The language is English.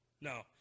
No